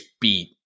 beat